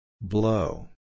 Blow